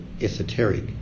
esoteric